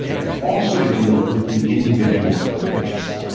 and also to deal with the individual. outrageous.